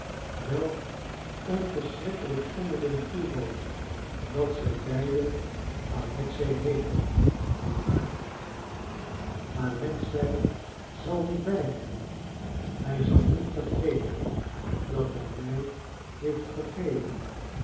welk een verschrikkelijk zonderling toeval dat zij beiden alexei heeten niet waar alexei zal niet weigeren hij zal niet vergeten dat hij mij heeft vergeven